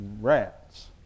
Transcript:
rats